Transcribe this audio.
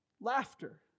laughter